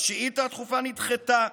השאילתה הדחופה נדחתה.